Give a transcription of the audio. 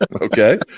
Okay